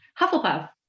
Hufflepuff